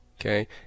Okay